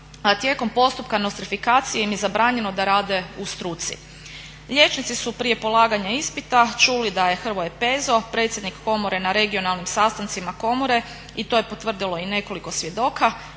tijekom postupka nostrifikacije im je zabranjeno da rade u struci. Liječnici su prije polaganja ispita čuli da je Hrvoje Pezo, predsjednik komore na regionalnim sastancima komore i to je potvrdilo i nekoliko svjedoka